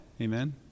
Amen